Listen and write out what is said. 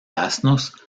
asnos